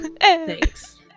Thanks